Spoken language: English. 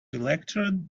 lectured